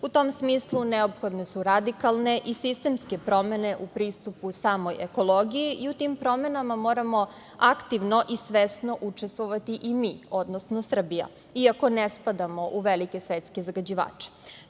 U tom smislu, neophodne su radikalne i sistemske promene u pristupu samoj ekologiji i u tim promenama moramo aktivno i svesno učestvovati i mi, odnosno Srbija, i ako ne spadamo u velike svetske zagađivače.